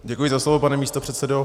Děkuji za slovo, pane místopředsedo.